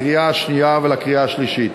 לקריאה שנייה ולקריאה שלישית.